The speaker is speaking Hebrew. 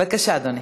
בבקשה, אדוני.